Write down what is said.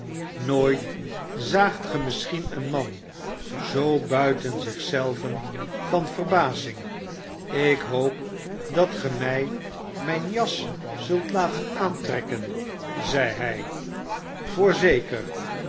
nooit zaagt ge misschien een man zoo buiten zich zelven van verbazing ik hoop dat ge my myn jas zult laten aantrekken zeihy